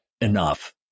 enough